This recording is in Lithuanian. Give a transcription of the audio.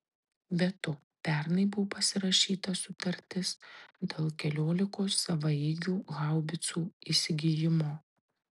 be to pernai buvo pasirašyta sutartis dėl keliolikos savaeigių haubicų įsigijimo